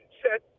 set